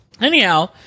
Anyhow